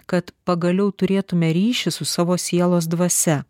kad pagaliau turėtume ryšį su savo sielos dvasia